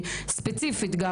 ספציפית.